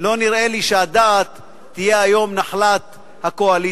לא נראה לי שהדעת תהיה היום נחלת הקואליציה.